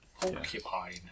Porcupine